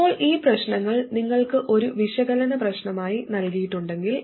ഇപ്പോൾ ഈ പ്രശ്നങ്ങൾ നിങ്ങൾക്ക് ഒരു വിശകലന പ്രശ്നമായി നൽകിയിട്ടുണ്ടെങ്കിൽ